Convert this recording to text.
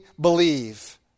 believe